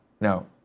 no